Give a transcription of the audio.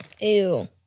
Ew